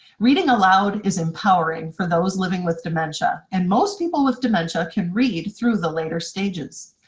reading aloud is empowering for those living with dementia and most people with dementia can read through the later stages.